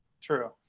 True